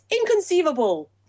Inconceivable